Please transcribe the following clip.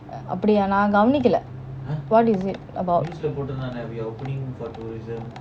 அப்பிடியே நான் கவனிக்கல:apidiya naan gavanikala what is it about